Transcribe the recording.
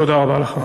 תודה רבה לך.